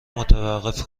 متوقف